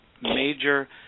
major